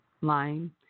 line